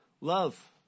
Love